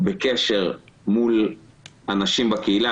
בקשר עם אנשים בקהילה.